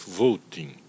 voting